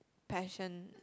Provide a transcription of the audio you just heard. passion